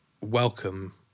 welcome